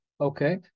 Okay